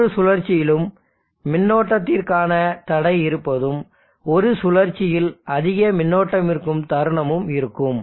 ஒவ்வொரு சுழற்சியிலும் மின்னோட்டத்திற்கான தடை இருப்பதும் ஒரு சுழற்சியில் அதிக மின்னோட்டம் இருக்கும் தருணமும் இருக்கும்